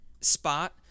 spot